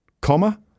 comma